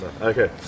Okay